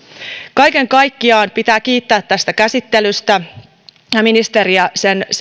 kaiken kaikkiaan pitää kiittää tästä käsittelystä ministeriä